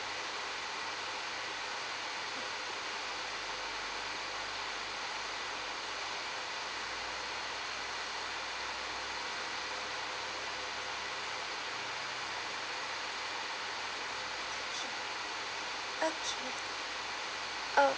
okay oh